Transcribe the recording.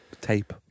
tape